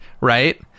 right